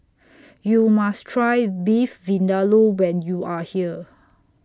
YOU must Try Beef Vindaloo when YOU Are here